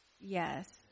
yes